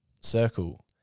circle